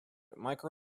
micro